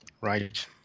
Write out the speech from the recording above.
Right